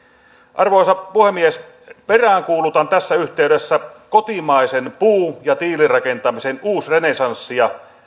arvoisa puhemies peräänkuulutan tässä yhteydessä kotimaisen puu ja tiilirakentamisen uusrenessanssia